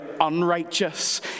unrighteous